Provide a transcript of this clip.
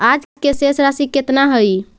आज के शेष राशि केतना हई?